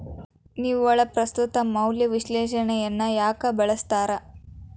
ನಿವ್ವಳ ಪ್ರಸ್ತುತ ಮೌಲ್ಯ ವಿಶ್ಲೇಷಣೆಯನ್ನ ಯಾಕ ಬಳಸ್ತಾರ